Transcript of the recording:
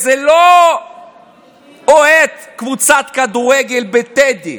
זה לא אוהד קבוצת כדורגל בטדי,